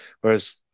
Whereas